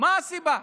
מה הסיבה.